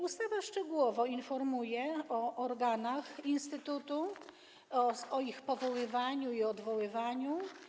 Ustawa szczegółowo informuje o organach instytutu, o ich powoływaniu i odwoływaniu.